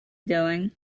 going